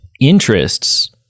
interests